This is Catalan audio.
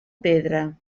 pedra